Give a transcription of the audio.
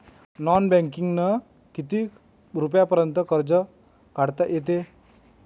Non बँकिंगनं किती रुपयापर्यंत कर्ज काढता येते?